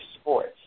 sports